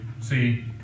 see